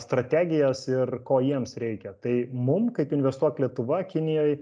strategijas ir ko jiems reikia tai mum kaip investuok lietuva kinijoj